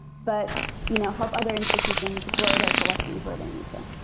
but you know help other institutions grow their collections where they need to.